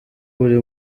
buri